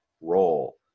role